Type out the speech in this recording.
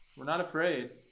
we're not afraid.